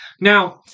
Now